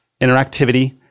interactivity